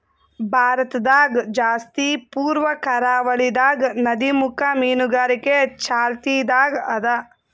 ಭಾರತದಾಗ್ ಜಾಸ್ತಿ ಪೂರ್ವ ಕರಾವಳಿದಾಗ್ ನದಿಮುಖ ಮೀನುಗಾರಿಕೆ ಚಾಲ್ತಿದಾಗ್ ಅದಾ